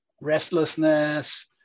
restlessness